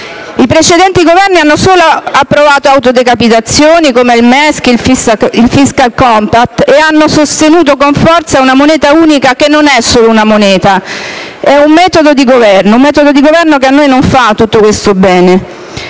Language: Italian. I precedenti Governi hanno solo approvato autodecapitazioni, come il MES e il *fiscal compact*, e hanno sostenuto con forza una moneta unica che non è solo una moneta, ma un metodo di governo che a noi non fa tutto questo bene